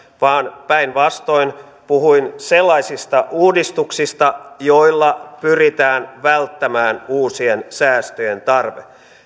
vaan päinvastoin puhuin sellaisista uudistuksista joilla pyritään välttämään uusien säästöjen tarve